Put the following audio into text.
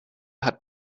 hat